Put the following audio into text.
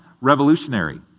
revolutionary